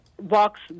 walks